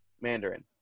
Mandarin